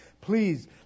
Please